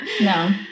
No